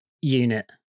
unit